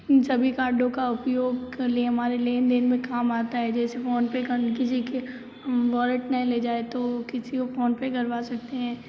इन सभी कार्डों का उपयोग कहीं हमारे लेन देन मैं काम आता है जैसे फोन पे करना किसी के वॉलेट नहीं ले जाए तो किसी को फोन पे करवा सकते है